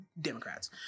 democrats